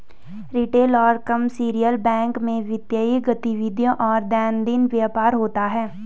retail और commercial bank में वित्तीय गतिविधियों और दैनंदिन व्यापार होता है